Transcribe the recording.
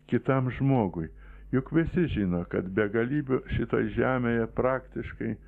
kitam žmogui juk visi žino kad begalybių šitoj žemėje praktiškai